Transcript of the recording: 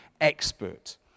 expert